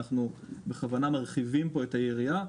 אנחנו בכוונה מרחיבים פה את היריעה,